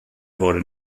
worden